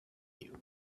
you